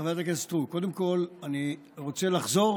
חברת הכנסת סטרוק, קודם כול אני רוצה לחזור